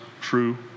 true